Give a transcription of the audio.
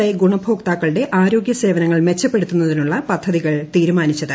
I ഗുണഭോക്താക്കളുടെ ആരോഗ്യ സേവനങ്ങൾ മെച്ചപ്പെടുത്തുന്നതിനുള്ള പദ്ധതികൾ തീരുമാനിച്ചത്